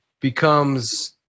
becomes